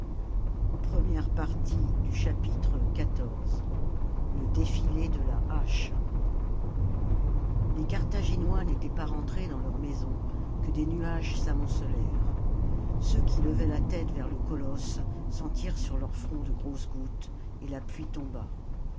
le défilé de la hache les carthaginois n'étaient pas rentrés dans leurs maisons que des nuages s'amoncelèrent ceux qui levaient la tête vers le colosse sentirent sur leur front de grosses gouttes et la pluie tomba